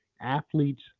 athletes